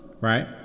right